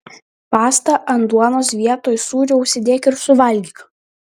pastą ant duonos vietoj sūrio užsidėk ir suvalgyk